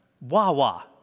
Wawa